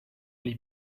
les